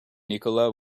nikola